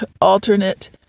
alternate